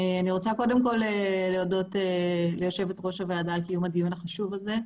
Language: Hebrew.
אני רוצה קודם כל להודות ליושבת-ראש הוועדה על קיום הדיון החשוב הזה.